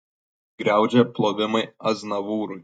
griaudžia plojimai aznavūrui